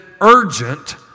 urgent